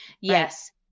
yes